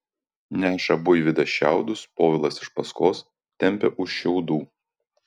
neša buivydas šiaudus povilas iš paskos tempia už šiaudų